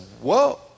whoa